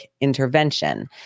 intervention